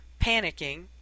Panicking